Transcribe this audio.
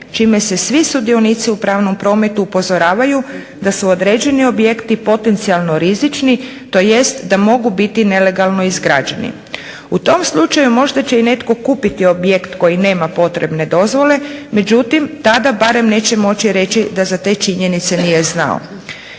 čime se svi sudionici u pravnom prometu upozoravaju da su određeni objekti potencijalno rizični tj. da mogu biti nelegalno izgrađeni. U tom slučaju možda će i netko kupiti objekt koji nema potrebne dozvole, međutim tada barem neće moći reći da za te činjenice nije znao.